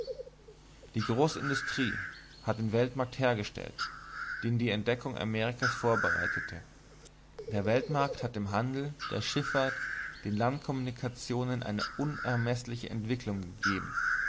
die große industrie hat den weltmarkt hergestellt den die entdeckung amerikas vorbereitete der weltmarkt hat dem handel der schiffahrt den landkommunikationen eine unermeßliche entwicklung gegeben